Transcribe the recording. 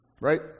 right